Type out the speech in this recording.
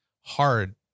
hard